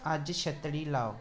अज्ज छत्तड़ी लाओ